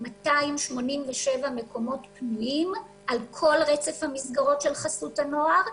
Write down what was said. יש לנו 287 מקומות פנויים על כל רצף המסגרות של חסות הנוער.